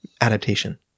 adaptation